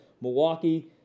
Milwaukee